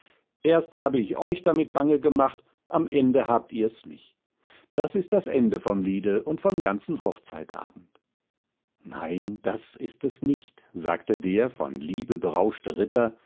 erst hab ich euch damit bange gemacht am ende habt ihr's mich das ist das ende vom liede und vom ganzen hochzeitabend nein das ist es nicht sagte der von liebe berauschte ritter